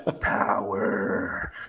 Power